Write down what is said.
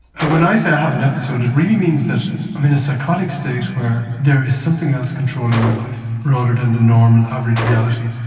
ah when i say i have an episode, it really means that i'm in a psychotic state where there is something else controlling my life, rather than the normal, average reality.